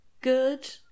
good